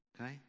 Okay